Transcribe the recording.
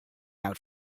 out